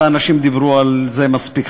ואנשים דיברו על זה מספיק,